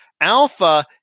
Alpha